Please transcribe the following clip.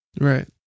right